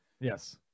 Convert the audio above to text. Yes